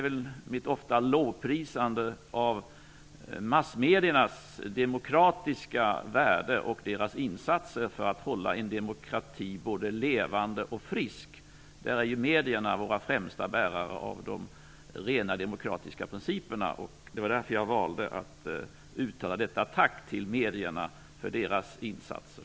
Jag har ofta lovprisat massmediernas demokratiska värde och deras insatser för att hålla en demokrati såväl levande som frisk. Medierna är våra främsta bärare av de rena, demokratiska principerna, och därför valde jag att uttala detta tack till medierna för deras insatser.